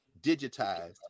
digitized